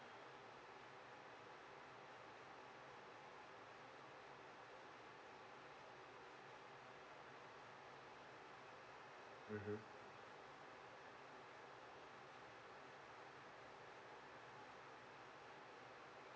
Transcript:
mmhmm